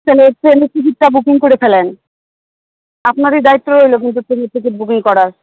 তাহলে ট্রেনের টিকিটটা বুকিং করে ফেলেন আপনারই দায়িত্ব রইল কিন্তু ট্রেনের টিকিট বুকিং করার